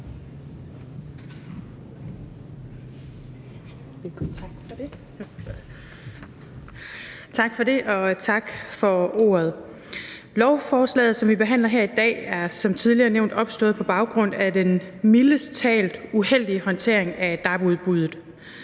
Tak for det, og tak for ordet. Lovforslaget, som vi behandler her i dag, er som tidligere nævnt opstået på baggrund af den mildest talt uheldige håndtering af dab-udbuddet.